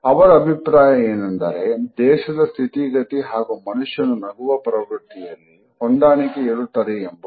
ಅವರ ಅಭಿಪ್ರಾಯ ಏನೆಂದರೆ ದೇಶದ ಸ್ಥಿತಿಗತಿ ಹಾಗೂ ಮನುಷ್ಯನು ನಗುವ ಪ್ರವೃತ್ತಿಯಲ್ಲಿ ಹೊಂದಾಣಿಕೆ ಇರುತ್ತದೆ ಎಂಬದು